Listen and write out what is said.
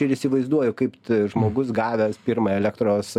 ir įsivaizduoju kaip žmogus gavęs pirmąją elektros